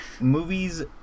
Movies